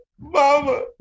mama